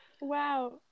Wow